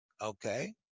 Okay